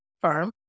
firm